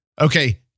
okay